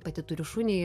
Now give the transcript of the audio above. pati turiu šunį